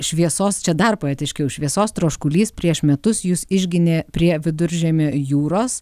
šviesos čia dar poetiškiau šviesos troškulys prieš metus jus išginė prie viduržemio jūros